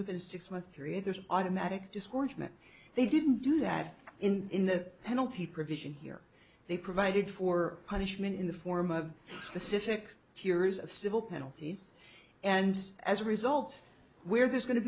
within a six month period there's an automatic discouragement they didn't do that in the penalty provision here they provided for punishment in the form of specific tears of civil penalties and as a result where there's going to